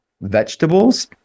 vegetables